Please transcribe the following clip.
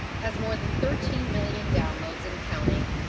has more than thirteen million downloads and counting,